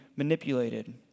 manipulated